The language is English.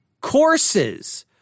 courses